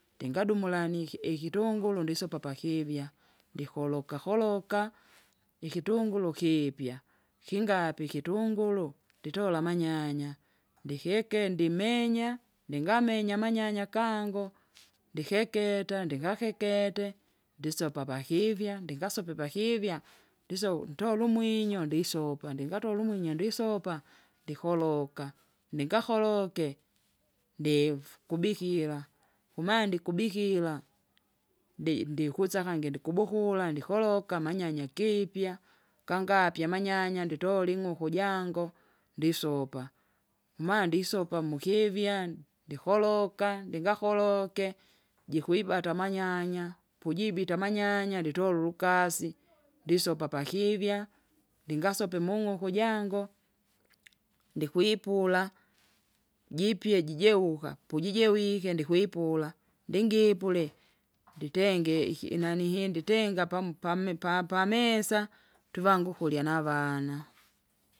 Ndingadumulanike ikitunguru ndisopa pakivya, ndikoloka koloka, ikitunguru kiipya, kingapya ikitunguru, nditola amanyanya, ndikike ndimenya, ndingamenya amanyanya kangu, ndikeketa ndikakekete, ndisopa pakivya ndingasope pakivya, ndiso utula umwinyo ndisopa ndingatola umwinyo ndisopa ndikoloka. Ningakoloke ndifu kubikira, kumandi kubikira, ndi- ndikusa kangi ndikubukula ndikoloka amanyanya kipya, kangapya amanyanya nditole ing'uku jango, ndisopa. Maa ndisopa mukivya, ndikoloka ndingakoloke, jikwibata amanyanya, pujibite amanyanya nditole ulukasi ndisopa pakivya. ndingasope mung'uku ijango ndikwipula, jipye jije jijeuka pojijewike ndikwipula, ndingipule nditenga ihi inanihii nditenga apamu- pami- pa- pamesa, twivanga ukurya navana.